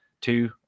two